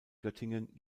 göttingen